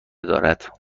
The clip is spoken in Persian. دارد